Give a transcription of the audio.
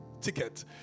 ticket